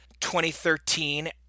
2013